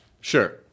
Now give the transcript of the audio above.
Sure